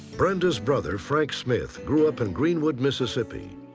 brenda's brother frank smith grew up in greenwood, mississippi.